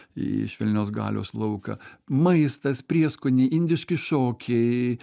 į švelnios galios lauką maistas prieskoniai indiški šokiai